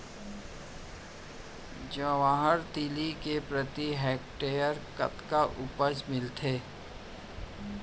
जवाहर तिलि के प्रति हेक्टेयर कतना उपज मिलथे?